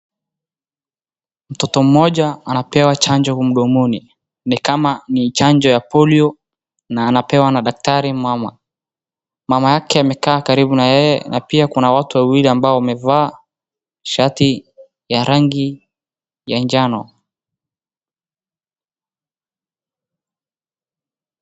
Mtoto mmoja anapea chanjo mdomoni, nikama ni chanjo ya polio na anapewa na daktari mmama, mamake amekaa karibu na yeye, na pia kuna watu wawili ambao wamevaa shati ya rangi ya njano.